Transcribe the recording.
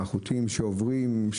החוטים שעוברים,